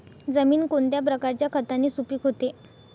जमीन कोणत्या प्रकारच्या खताने सुपिक होते?